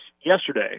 yesterday